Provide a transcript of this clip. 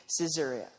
Caesarea